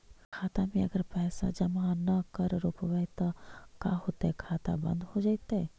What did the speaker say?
खाता मे अगर पैसा जमा न कर रोपबै त का होतै खाता बन्द हो जैतै?